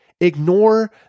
Ignore